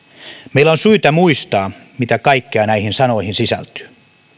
meillä on syytä muistaa mitä kaikkea näihin sanoihin sisältyy